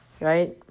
right